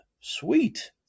sweet